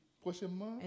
Prochainement